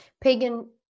Pagan